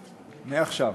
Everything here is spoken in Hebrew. מעכשיו.